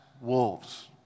wolves